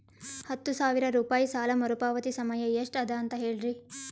ಹತ್ತು ಸಾವಿರ ರೂಪಾಯಿ ಸಾಲ ಮರುಪಾವತಿ ಸಮಯ ಎಷ್ಟ ಅದ ಅಂತ ಹೇಳರಿ?